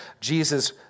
Jesus